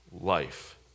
life